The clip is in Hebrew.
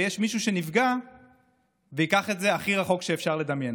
ויש מישהו שנפגע וייקח את זה הכי רחוק שאפשר לדמיין.